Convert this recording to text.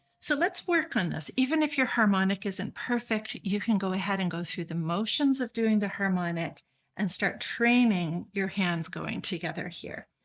so let's work on this. even if your harmonic isn't perfect you can go ahead and go through the motions of doing the harmonic and start training your hands going together here.